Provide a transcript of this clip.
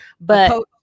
But-